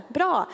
Bra